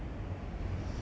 because like